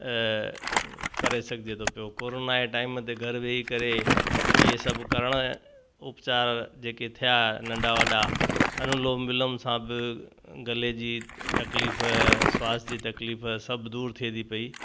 करे सघिजे थो पियो कोरोना जे टाइम ते घरु वेही करे इहे सभु करणु उपचार जेके थिया नंढा वॾा अनुलोम विलोम सां बि गले जी तकलीफ़ु सांस जी तकलीफ़ु सभु दूरि थिए थी पई